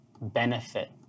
benefit